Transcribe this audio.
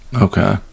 Okay